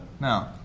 No